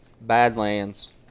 Badlands